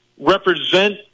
represent